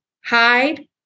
hide